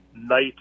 night